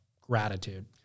gratitude